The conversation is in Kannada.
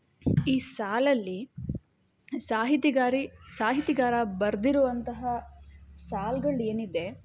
ಈ ಸಾಲಲ್ಲಿ ಸಾಹಿತಿಗಾರ ಸಾಹಿತಿಗಾರ ಬರೆದಿರುವಂತಹ ಸಾಲ್ಗಳು ಏನಿದೆ